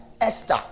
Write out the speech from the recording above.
Esther